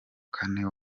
kane